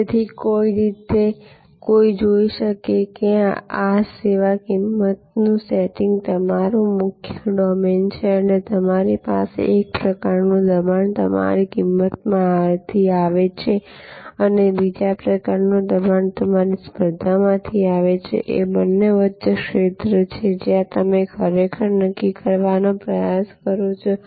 તેથી કોઈક રીતે કોઈ જોઈ શકે છે કે આ સેવા કિંમત સેટિંગનું તમારું મુખ્ય ડોમેન છે અને તમારી પાસે એક પ્રકારનું દબાણ તમારી કિંમતમાંથી આવે છે અને બીજા પ્રકારનું દબાણ તમારી સ્પર્ધામાંથી આવે છે અને બંને વચ્ચે ક્ષેત્ર છે જ્યાં તમે ખરેખર નક્કી કરવાનો પ્રયાસ કરો છો